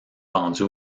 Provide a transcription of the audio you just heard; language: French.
vendue